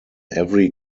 every